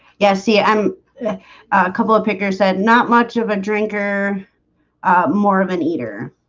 yeah, see i'm a couple of pickers said not much of a drinker more of an eater.